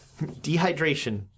Dehydration